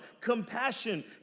compassion